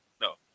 No